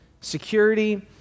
security